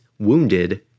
wounded